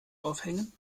aufhängen